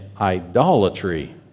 idolatry